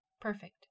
perfect